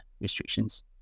restrictions